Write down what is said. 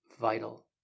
vital